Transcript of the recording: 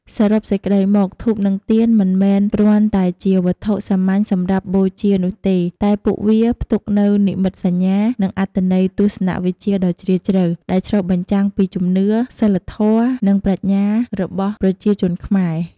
សរុបសេចក្ដីមក ធូប និងទៀន មិនមែនគ្រាន់តែជាវត្ថុសាមញ្ញសម្រាប់បូជានោះទេ តែពួកវាផ្ទុកនូវ និមិត្តសញ្ញា និងអត្ថន័យទស្សនវិជ្ជាដ៏ជ្រាលជ្រៅ ដែលឆ្លុះបញ្ចាំងពីជំនឿ សីលធម៌ និងប្រាជ្ញារបស់ប្រជាជនខ្មែរ។